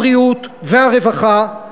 הבריאות והרווחה,